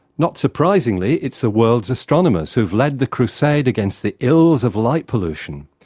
not surprisingly, it's the world's astronomers who have led the crusade against the ills of light pollution.